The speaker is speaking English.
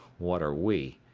what are we?